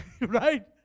Right